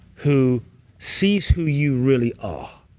who sees who you really are,